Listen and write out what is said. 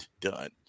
done